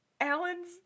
Alan's